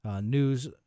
news